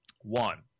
One